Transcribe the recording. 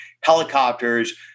helicopters